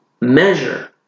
measure